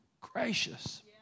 gracious